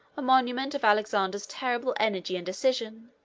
a monument of alexander's terrible energy and decision,